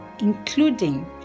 including